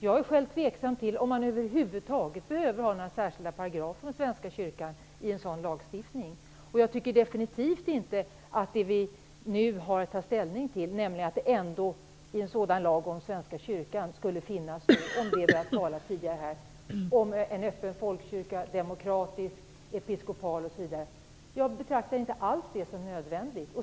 Jag är själv tveksam till om man över huvud taget behöver ha några särskilda paragrafer för Svenska kyrkan i en sådan lagstiftning. Jag tycker definitivt inte att det vi nu har att ta ställning till, nämligen om det ändå i en sådan lag om Svenska kyrkan skulle finnas bestämmelser om det vi har talat om tidigare, är nödvändigt.